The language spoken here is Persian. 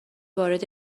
وارد